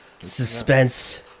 Suspense